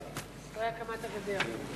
אחרי הקמת הגדר.